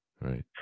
right